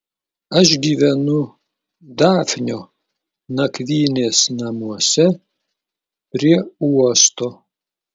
aš gyvenu dafnio nakvynės namuose prie uosto